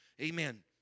Amen